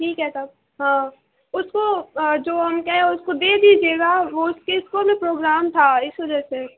ٹھیک ہے تب ہاں اس کو جو ہم کہے اس کو دے دیجیے گا وہ اس کے اسکول میں پروگرام تھا اس وجہ سے